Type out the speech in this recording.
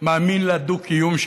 מאמין לדו-קיום.